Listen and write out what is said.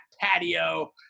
patio